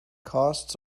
costs